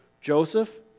Joseph